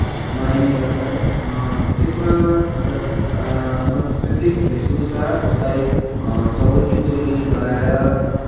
मानइने गर्छ त्यसमा एउटा सांस्कृतिक भेष भूषा जसलाई चौबन्दी चोली लगाएर